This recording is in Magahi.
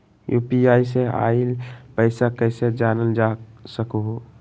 यू.पी.आई से आईल पैसा कईसे जानल जा सकहु?